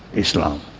islam,